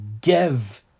give